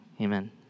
amen